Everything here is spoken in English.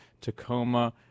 Tacoma